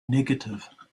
negative